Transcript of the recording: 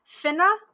Finna